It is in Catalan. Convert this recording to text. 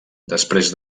després